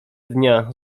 dnia